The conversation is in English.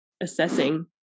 assessing